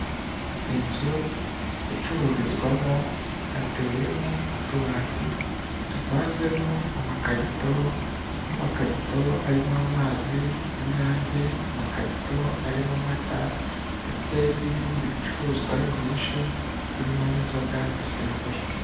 Inzu icururizwamo hateyemo utubati dupanzemo amakarito; nk'amakarito arimo amazi y'inyange, amakarito arimo amata; ndetse n'ibindi bicuruzwa byinshi birimo n'inzoga zisembuye.